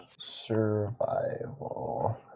Survival